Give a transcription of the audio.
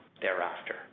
thereafter